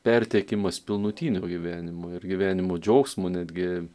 perteikimas pilnutinio gyvenimo ir gyvenimo džiaugsmo netgi